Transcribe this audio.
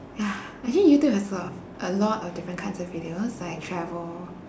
ya actually youtube has a lot of a lot of different kinds of videos like travel